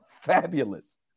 Fabulous